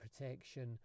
protection